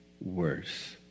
worse